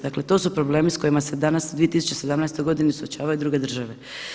Dakle, to su problemi sa kojima se danas u 2017. godini suočavaju druge države.